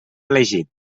elegit